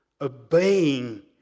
obeying